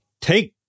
take